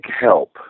help